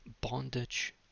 bondage